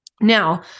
Now